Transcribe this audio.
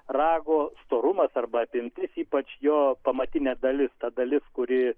rago storumas arba apimtis ypač jo pamatinė dalis ta dalis kuri